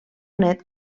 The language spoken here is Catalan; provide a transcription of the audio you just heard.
nét